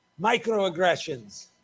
Microaggressions